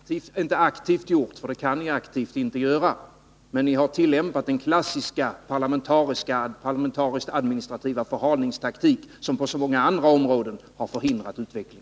Fru talman! Nej, det har ni inte aktivt gjort, för det kan ni inte göra. Men ni har tillämpat den klassiska parlamentarisk-administrativa förhalningstaktiken, som på så många andra områden har förhindrat utveckling.